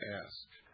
asked